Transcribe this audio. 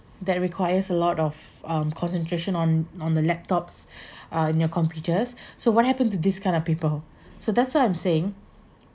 that requires a lot of um concentration on on the laptops uh in your computers so what happen to this kind of people so that's what I'm saying